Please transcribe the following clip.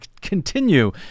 continue